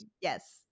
yes